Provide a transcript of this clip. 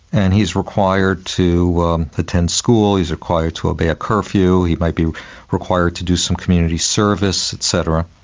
and he is required to attend school, he is required to obey a curfew, he might be required to do some community service et cetera,